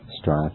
strive